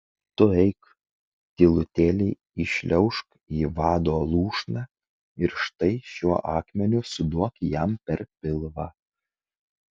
tu eik tylutėliai įšliaužk į vado lūšną ir štai šiuo akmeniu suduok jam per pilvą